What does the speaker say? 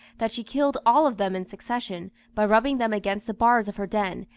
that she killed all of them in succession by rubbing them against the bars of her den,